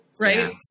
right